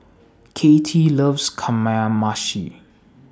Kattie loves Kamameshi